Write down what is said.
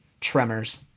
Tremors